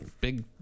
big